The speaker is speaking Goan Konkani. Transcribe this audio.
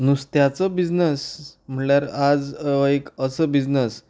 नुस्त्याचो बिजनेस म्हणल्यार आयज एक असो बिजनेस